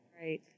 right